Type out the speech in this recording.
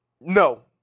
No